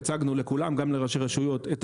הצגנו לכולם גם לראשי רשויות את